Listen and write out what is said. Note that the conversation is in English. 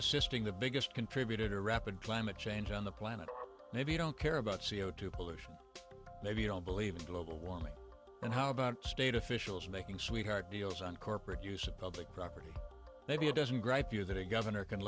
assisting the biggest contributor rapid climate change on the planet or maybe you don't care about c o two pollution maybe you don't believe in global warming and how about state officials making sweetheart deals on corporate use of public property maybe a dozen great view that a governor can